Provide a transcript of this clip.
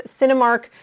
Cinemark